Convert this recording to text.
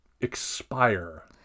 expire